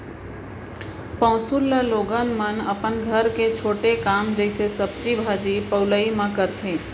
पौंसुल ल लोगन मन अपन घर के छोटे काम जइसे सब्जी भाजी पउलई म करथे